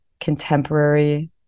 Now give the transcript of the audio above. contemporary